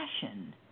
fashion